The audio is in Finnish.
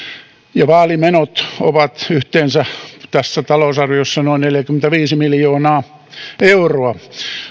ja vaalimenot ovat yhteensä tässä talousarviossa noin neljäkymmentäviisi miljoonaa euroa